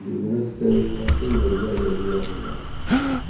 business करे खातिर बढ़िया जरिया होला